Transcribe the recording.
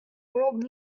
wold